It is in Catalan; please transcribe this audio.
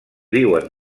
viuen